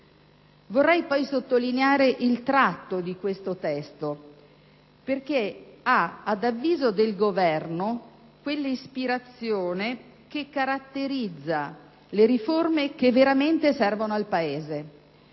Vorrei poi sottolineare il tratto di questo testo, perché ha, ad avviso del Governo, quella ispirazione che caratterizza le riforme che veramente servono al Paese.